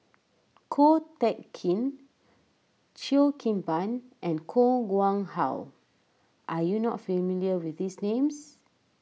Ko Teck Kin Cheo Kim Ban and Koh Nguang How are you not familiar with these names